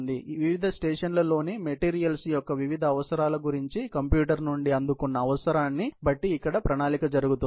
కాబట్టి వివిధ స్టేషన్ల లోని మెటీరియల్స్ యొక్క వివిధ అవసరాల గురించి కంప్యూటర్ నుండి అందుకున్న అవసరాన్ని బట్టి ఇక్కడ ప్రణాళిక జరుగుతుంది